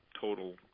total